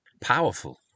Powerful